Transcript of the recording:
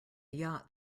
yacht